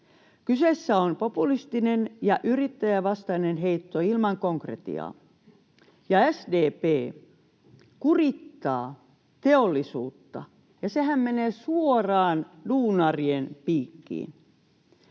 Kyseessä on populistinen ja yrittäjävastainen heitto ilman konkretiaa. Ja SDP kurittaa teollisuutta, ja sehän menee suoraan duunarien piikkiin.